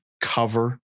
cover